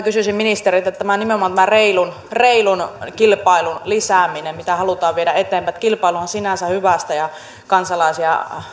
kysyisin ministeriltä nimenomaan tästä reilun kilpailun lisäämisestä mitä halutaan viedä eteenpäin kilpailuhan on sinänsä hyvästä ja se